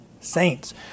saints